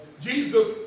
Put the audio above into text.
Jesus